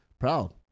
Proud